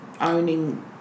owning